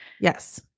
Yes